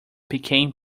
pecan